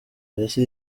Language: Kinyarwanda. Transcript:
polisi